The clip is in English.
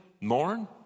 mourn